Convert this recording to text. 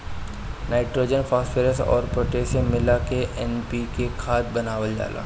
nitrogen, phosphorus अउर potassium मिला के एन.पी.के खाद बनावल जाला